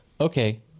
okay